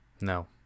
No